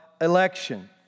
election